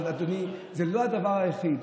אבל אדוני, זה לא הדבר היחיד